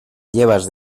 llevas